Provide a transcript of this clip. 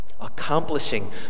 accomplishing